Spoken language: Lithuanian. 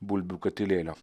bulbių katilėlio